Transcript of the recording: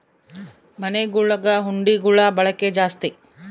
ಮನೆಗುಳಗ ಹುಂಡಿಗುಳ ಬಳಕೆ ಜಾಸ್ತಿ